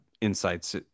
insights